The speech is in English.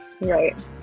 Right